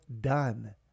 done